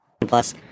plus